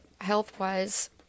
health-wise